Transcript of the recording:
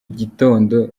gitondo